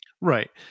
Right